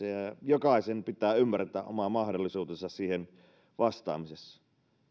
jokaisen pitää ymmärtää oma mahdollisuutensa siihen vastaamisessa